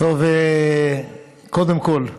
קודם כול,